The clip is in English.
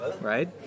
Right